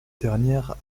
dernière